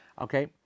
okay